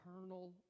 eternal